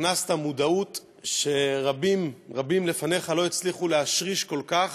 הכנסת מודעות שרבים-רבים לפניך לא הצליחו להשריש כל כך.